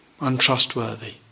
Untrustworthy